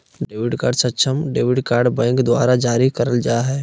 debit card सक्षम debit card bank द्वारा जारी करल जा हइ